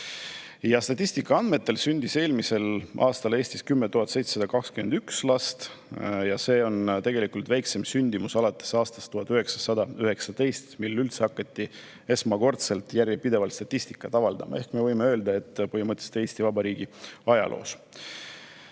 Statistika andmetel sündis eelmisel aastal Eestis 10 721 last. See on tegelikult väikseim sündimus alates aastast 1919, mil üldse hakati esmakordselt järjepidevalt statistikat avaldama, ehk me võime öelda, et põhimõtteliselt Eesti Vabariigi ajaloo